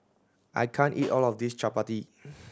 I can't eat all of this Chapati